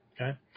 Okay